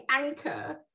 anchor